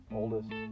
oldest